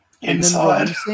Inside